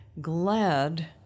glad